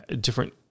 different